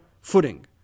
footing